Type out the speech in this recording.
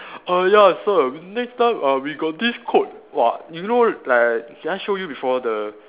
err ya sir next time uh we got this code !wah! you know like did I show you before the